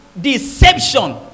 deception